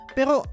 Pero